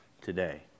today